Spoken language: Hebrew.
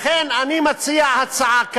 לכן אני מציע כאן הצעה: